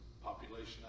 population